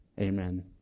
Amen